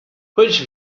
which